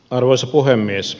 arvoisa puhemies